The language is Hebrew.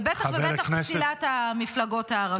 ובטח-ובטח את פסילת המפלגות הערביות.